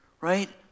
right